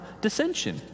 dissension